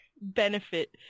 benefit